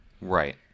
Right